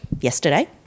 yesterday